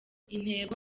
intego